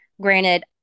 Granted